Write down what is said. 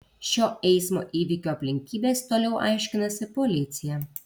šio eismo įvykio aplinkybes toliau aiškinasi policija